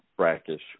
Brackish